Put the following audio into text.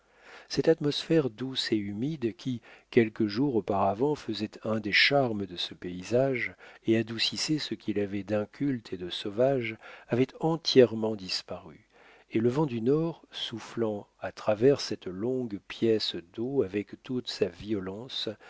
cette atmosphère douce et humide qui quelques jours auparavant faisait un des charmes de ce paysage et adoucissait ce qu'il avait d'inculte et de sauvage avait entièrement disparu et le vent du nord soufflant à travers cette longue pièce d'eau avec toute sa violence